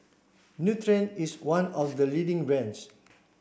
Nutren is one of the leading brands